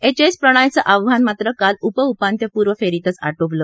H S प्रणोयचं आव्हान मात्र काल उपउपांत्यपूर्व फेरीतच आटोपलं